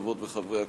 חברות וחברי הכנסת,